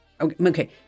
Okay